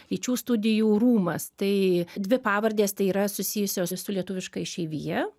lyčių studijų rūmas tai dvi pavardės tai yra susijusios su lietuviška išeivija